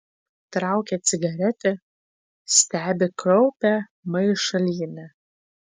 traukia cigaretę stebi kraupią maišalynę